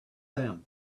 them